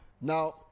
Now